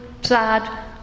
sad